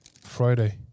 Friday